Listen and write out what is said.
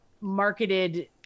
marketed